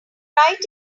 right